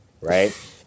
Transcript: Right